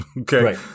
okay